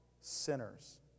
sinners